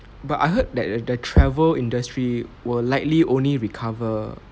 but I heard that the the travel industry will likely only recover